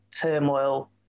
turmoil